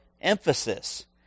emphasis